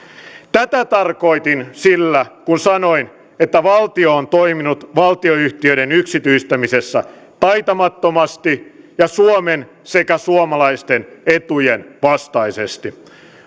tätä tarkoitin sillä kun sanoin että valtio on toiminut valtionyhtiöiden yksityistämisessä taitamattomasti ja suomen sekä suomalaisten etujen vastaisesti